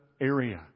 area